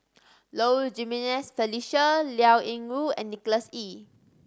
Low Jimenez Felicia Liao Yingru and Nicholas Ee